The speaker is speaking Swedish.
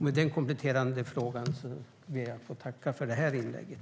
Med den kompletterande frågan ber jag att få tacka för det här inlägget.